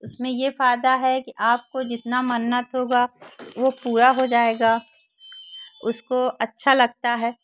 उसमें ये फायदा है कि आपकी जितनी मन्नतें होंगी वे पूरी हो जाएंगी उसको अच्छा लगता है